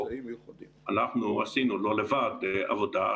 אנחנו עשינו לא לבד עבודה,